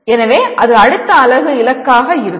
எனவே அது அடுத்த அலகு இலக்காக இருக்கும்